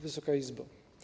Wysoka Izbo!